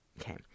Okay